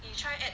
you try add